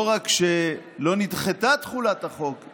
לא רק שלא נדחתה תחולת החוק,